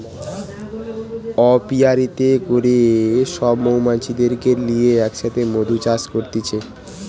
অপিয়ারীতে করে সব মৌমাছিদেরকে লিয়ে এক সাথে মধু চাষ করতিছে